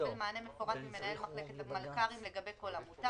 לקבל מענה מפורט ממנהל מחלקת מלכ"רים לגבי כל עמותה.